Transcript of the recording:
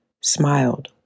smiled